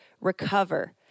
recover